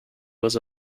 was